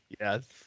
Yes